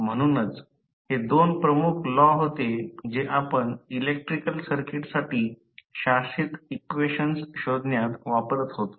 म्हणूनच हे दोन प्रमुख लॉ होते जे आपण इलेक्ट्रिकल सर्किटसाठी शासित इक्वेशन्स शोधण्यात वापरत होतो